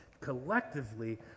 collectively